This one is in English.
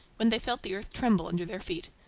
when they felt the earth tremble under their feet.